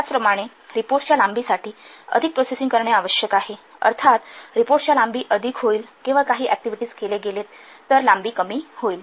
त्याचप्रमाणे रिपोर्ट्सच्या लांबी साठी अधिक प्रोसेसिंग करणे आवश्यक आहे अर्थात रिपोर्ट्सच्या लांबी अधिक होईल केवळ काही ऍक्टिव्हिटीज केले गेलेत तर लांबी कमी होईल